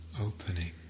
Opening